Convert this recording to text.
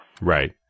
Right